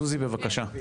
הוא אמר לנו